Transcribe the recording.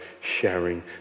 sharing